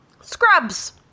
Scrubs